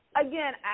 again